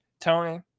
Tony